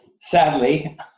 sadly